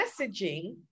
messaging